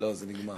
לא, זה נגמר.